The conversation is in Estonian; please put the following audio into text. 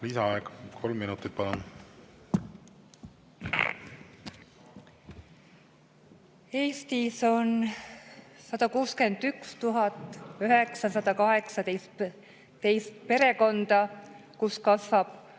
Lisaaeg kolm minutit, palun! Eestis on 161 918 perekonda, kus kasvab